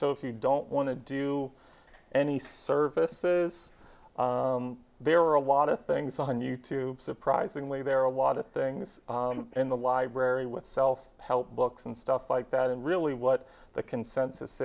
so if you don't want to do any services there are a lot of things on you tube surprisingly there are a lot of things in the library with self help books and stuff like that and really what the consensus